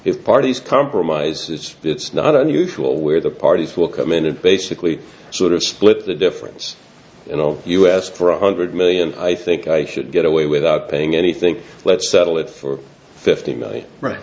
if parties compromises it's not unusual where the parties will come in and basically sort of split the difference and all of us for a hundred million i think i should get away without paying anything let's settle it for fifty million